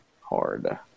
hard